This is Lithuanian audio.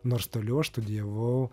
nors toliau aš studijavau